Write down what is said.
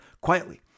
quietly